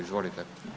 Izvolite.